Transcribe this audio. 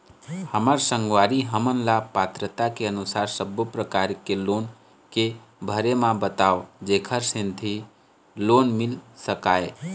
हमर संगवारी हमन ला पात्रता के अनुसार सब्बो प्रकार के लोन के भरे बर बताव जेकर सेंथी लोन मिल सकाए?